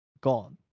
gone